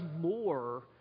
more